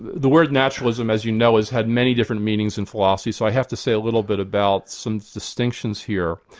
the word naturalism as you know, has had many different meanings in philosophy, so i have to say a little bit about some distinctions here.